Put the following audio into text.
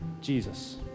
Jesus